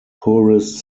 poorest